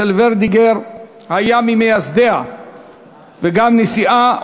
שורדיגר היה ממייסדיה וגם נשיאה,